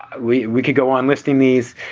we we could go on listing these.